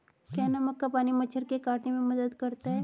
क्या नमक का पानी मच्छर के काटने में मदद करता है?